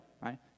right